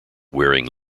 wearing